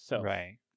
Right